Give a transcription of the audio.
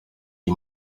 uyu